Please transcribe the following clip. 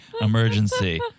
Emergency